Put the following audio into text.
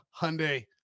Hyundai